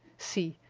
see,